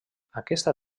aquesta